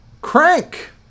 Crank